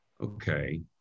okay